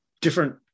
different